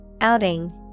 Outing